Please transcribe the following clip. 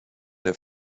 der